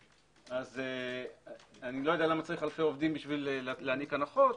אני לא יודע למה צריך אלפי עובדים כדי להעניק הנחות,